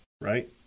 right